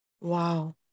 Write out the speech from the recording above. Wow